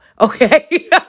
okay